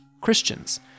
Christians